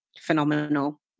phenomenal